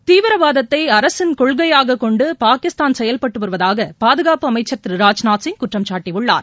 தீவிரவாதத்தைஅரசின் கொள்கையாககொண்டுபாகிஸ்தான் செயல்பட்டுவருவதாகபாதுகாப்பு அமைச்சர் திரு ராஜ்நாத்சிங் குற்றம் சாட்டியுள்ளார்